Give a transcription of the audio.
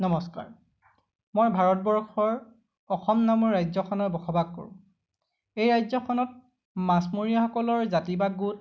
নমস্কাৰ মই ভাৰতবৰ্ষৰ অসম নামৰ ৰাজ্যখনত বসবাস কৰোঁ এই ৰাজ্যখনত মাছমৰীয়াসকলৰ জাতি বা গোট